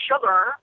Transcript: sugar